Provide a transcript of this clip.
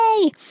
Yay